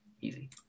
Easy